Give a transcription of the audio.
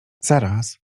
zaraz